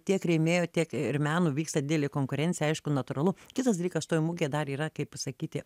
tiek rėmėjų tiek ir meno vyksta dielė konkurencija aišku natūralu kitas dalykas toj mugėj dar yra kaip pasakyti